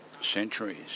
Centuries